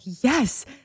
yes